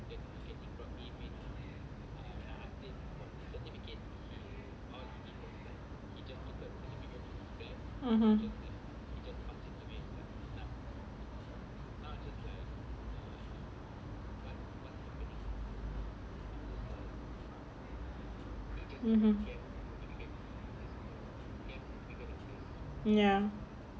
mmhmm ya